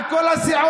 על כל הסיעות,